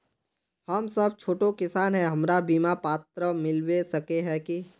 हम सब छोटो किसान है हमरा बिमा पात्र मिलबे सके है की?